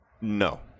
No